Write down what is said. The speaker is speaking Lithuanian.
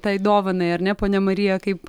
tai dovanai ar ne ponia marija kaip